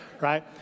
right